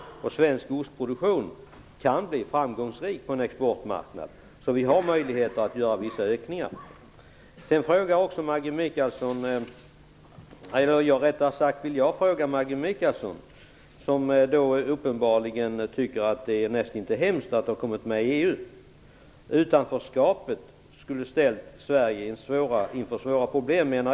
Svensk ostproduktion kan bli framgångsrik på en exportmarknad. Vi har alltså möjlighet att göra vissa ökningar. Maggi Mikaelsson tycker uppenbarligen att det är nästintill hemskt att Sverige har kommit med i EU. Jag menar att utanförskapet skulle ha ställt Sverige inför svåra problem.